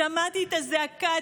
שמעתי את הזעקה,